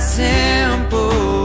simple